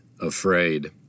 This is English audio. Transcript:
afraid